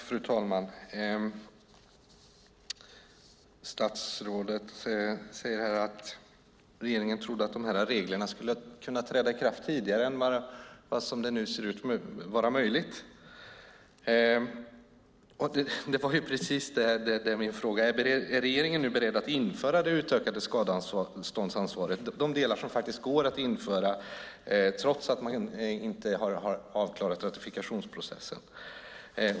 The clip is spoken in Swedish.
Fru talman! Statsrådet säger att regeringen trodde att reglerna skulle träda i kraft tidigare än som det nu ser ut är möjligt. Är regeringen beredd att införa det utökade skadeståndsansvaret, de delar som går att införa trots att man inte har avklarat ratifikationsprocessen?